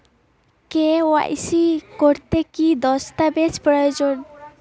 KYC করতে কি দস্তাবেজ প্রয়োজন?